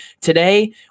Today